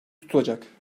tutulacak